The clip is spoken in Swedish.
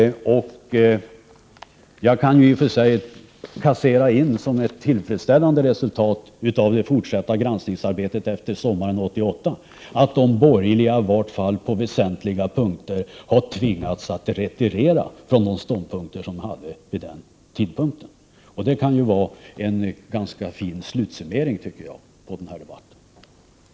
Jag kan i och för sig inkassera som ett tillfredsställande resultat av det fortsatta granskningsarbetet efter sommaren 1988, att de borgerliga i varje fall på väsentliga punkter har tvingats retirera från de ståndpunkter som de intog vid den tidpunkten. Det kan vara en ganska fin slutsummering på den här debatten, tycker jag.